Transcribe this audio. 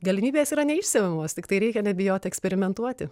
galimybės yra neišsemiamos tiktai reikia nebijoti eksperimentuoti